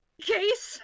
Case